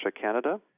Canada